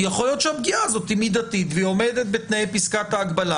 יכול להיות שהפגיעה הזאת היא מידתית והיא עומדת בתנאי פסקת ההגבלה.